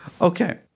okay